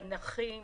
בנכים,